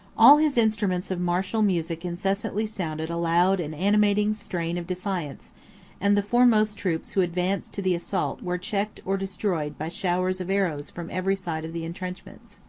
all his instruments of martial music incessantly sounded a loud and animating strain of defiance and the foremost troops who advanced to the assault were checked or destroyed by showers of arrows from every side of the intrenchments.